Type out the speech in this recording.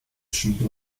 schmiede